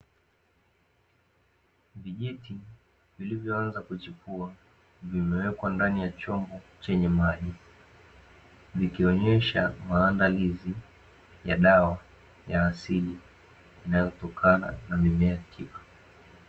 Vijiti vilivyoanza kuchepua vimewekwa ndani ya chombo chenye maji, vikionyesha maandalizi ya dawa ya asili inayotokana na mimea tiba.